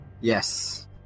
Yes